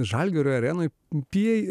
žalgirio arenoje bei